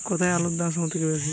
কোথায় আলুর দাম সবথেকে বেশি?